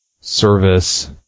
service